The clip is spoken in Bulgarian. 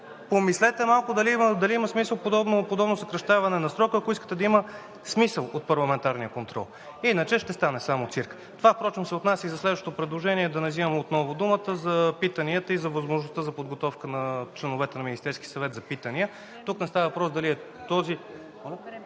помислете малко дали има смисъл от подобно съкращаване на срока, ако искате да има смисъл от парламентарния контрол. Иначе ще стане само цирк. Това впрочем се отнася и за следващото предложение, да не взимам отново думата, за питанията и за възможността за подготовка на членовете на Министерския съвет за питания. Тук не става въпрос дали е този...